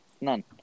None